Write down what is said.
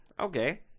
Okay